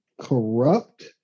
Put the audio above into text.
Corrupt